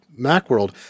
MacWorld